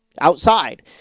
outside